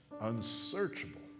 unsearchable